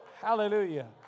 Hallelujah